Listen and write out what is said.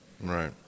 Right